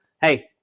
hey